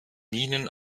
minen